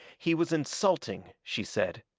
he was insulting, she said.